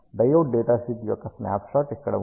diode datasheet యొక్క snapshot ఇక్కడ ఉంది